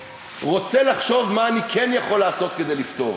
רוצה לחשוב מה אני כן יכול לעשות כדי לפתור.